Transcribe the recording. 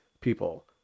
people